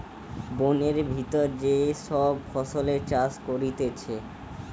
বোনের ভিতর যে সব ফসলের চাষ করতিছে